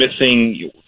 missing